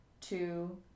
Two